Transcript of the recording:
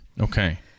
Okay